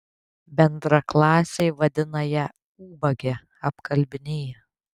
bendraklasiai vadina ją ubage apkalbinėja